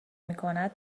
میکند